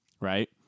right